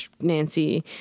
Nancy